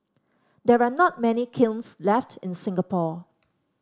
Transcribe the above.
there are not many kilns left in Singapore